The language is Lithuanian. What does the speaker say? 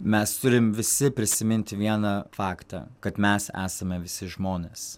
mes turim visi prisiminti vieną faktą kad mes esame visi žmonės